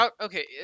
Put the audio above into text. Okay